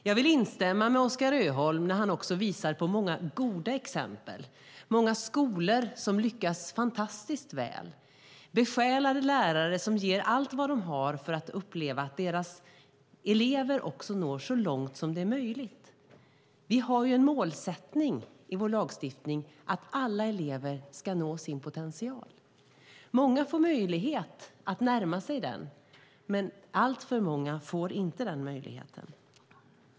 Jag instämmer med Oskar Öholm som visar på många goda exempel - på många skolor som lyckas fantastiskt väl och på besjälade lärare som ger allt de kan för att uppleva att deras elever når så långt som möjligt. Vi har en målsättning i vår lagstiftning att alla elever ska nå sin potential. Många får möjlighet att närma sig den, men alltför många får inte den möjligheten.